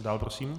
Dále prosím.